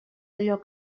allò